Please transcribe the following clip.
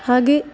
ಹಾಗೆ